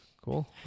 Cool